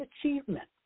achievement